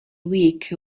week